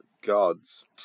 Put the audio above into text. Gods